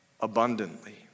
abundantly